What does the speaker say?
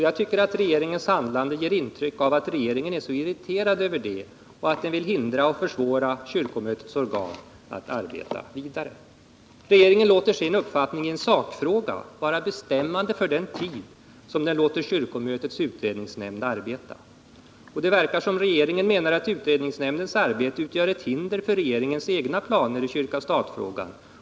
Jag tycker att regeringens handlande ger intryck av att regeringen är irriterad av detta och att den vill förhindra och försvåra för kyrkans organ att arbeta vidare. Regeringen låter sin uppfattning i en sakfråga vara bestämmande för den tid som den låter kyrkomötets utredningsnämnd arbeta. Det verkar som om regeringen menar att utredningsnämndens arbete utgör ett hinder för regeringens egna planer i kyrka-stat-frågan.